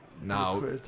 Now